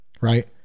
right